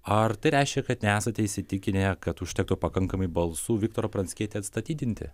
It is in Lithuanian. ar tai reiškia kad nesate įsitikinę kad užtektų pakankamai balsų viktorą pranckietį atstatydinti